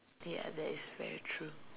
ya that is very true